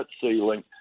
ceiling